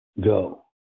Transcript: go